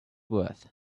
worth